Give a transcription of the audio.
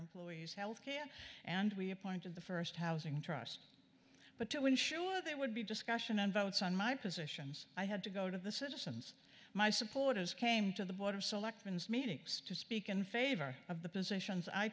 employees health care and we appointed the first housing trust but to ensure that there would be discussion and votes on my positions i had to go to the citizens my supporters came to the board of selectmen meetings to speak in favor of the positions i